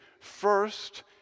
First